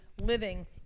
living